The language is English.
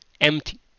Empty